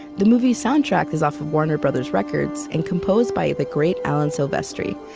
the movie's soundtrack is off of warner brothers records and composed by the great alan silvestri,